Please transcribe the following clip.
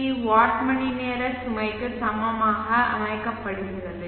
we watt மணிநேர சுமைக்கு சமமாக அமைக்கப்படுகிறது